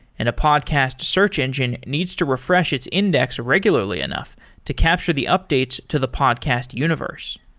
and a podcast search engine needs to refresh its index regularly enough to capture the updates to the podcast universe.